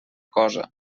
cosa